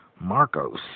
Marcos